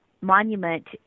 monument